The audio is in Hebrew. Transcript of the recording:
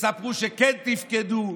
תספרו שכן תפקדו,